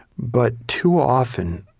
but too often,